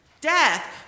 Death